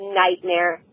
nightmare